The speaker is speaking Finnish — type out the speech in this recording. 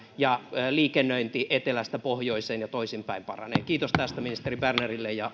ja liikennöinti etelästä pohjoiseen ja toisinpäin paranee kiitos tästä ministeri bernerille ja